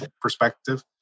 perspective